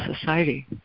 Society